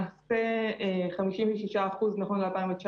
נכון ל-2019,